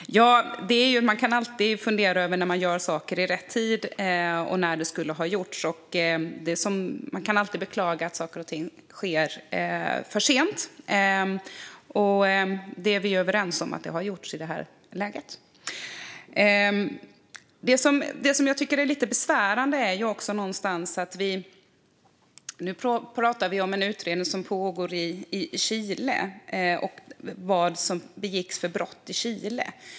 Fru talman! Jag tackar ministern för svaret. Man kan alltid fundera på om saker och ting görs i rätt tid eller när det skulle ha gjorts, och man kan beklaga när något görs för sent. Vi är överens om att så är fallet här. Det finns något som är lite besvärande. Vi talar om en utredning som pågår i Chile och vilka brott som har begåtts där.